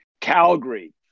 Calgary